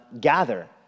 gather